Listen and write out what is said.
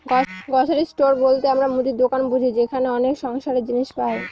grocery store বলতে আমরা মুদির দোকান বুঝি যেখানে অনেক সংসারের জিনিস পাই